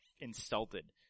insulted